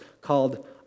called